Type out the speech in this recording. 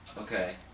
Okay